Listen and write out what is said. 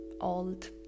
old